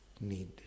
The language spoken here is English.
need